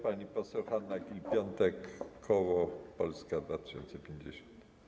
Pani poseł Hanna Gill-Piątek, koło Polska 2050.